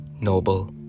noble